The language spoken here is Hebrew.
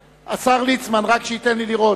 אדוני יושב-ראש הוועדה,